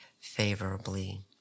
favorably